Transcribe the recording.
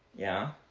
yeah?